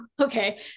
okay